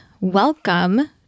Welcome